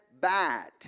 bad